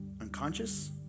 unconscious